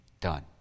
done